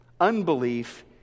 Unbelief